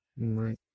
Right